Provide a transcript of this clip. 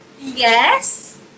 Yes